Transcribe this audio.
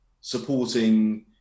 Supporting